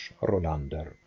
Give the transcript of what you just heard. Rolander